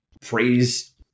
praise